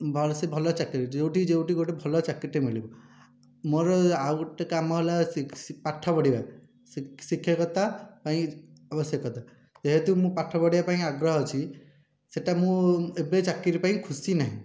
ଭଲସେ ଭଲ ଚାକିରି ଯେଉଁଠି ଯେଉଁଠି ଗୋଟିଏ ଭଲ ଚାକିରିଟିଏ ମିଳିବ ମୋ'ର ଆଉ ଗୋଟିଏ କାମ ହେଲା ପାଠ ପଢ଼ିବା ଶିକ୍ଷକତା ପାଇଁ ଆବଶ୍ୟକତା ଯେହେତୁ ମୁଁ ପାଠ ପଢ଼ିବା ପାଇଁ ଆଗ୍ରହ ଅଛି ସେ'ଟା ମୁଁ ଏବେ ଚାକିରି ପାଇଁ ଖୁସି ନାହିଁ